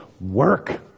work